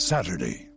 Saturday